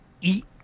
Eat